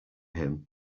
him